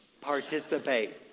Participate